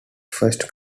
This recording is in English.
first